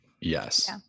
Yes